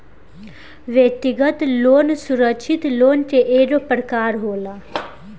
व्यक्तिगत लोन सुरक्षित लोन के एगो प्रकार होला